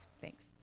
Thanks